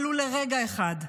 ולו לרגע אחד,